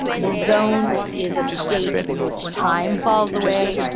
the zone is a state in which time falls away,